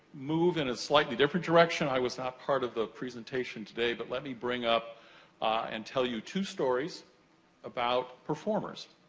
move in a slightly different direction. i was not part of a presentation today. but let me bring up and tell you two stories about performers,